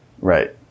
Right